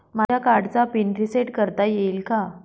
माझ्या कार्डचा PIN reset करता येईल का?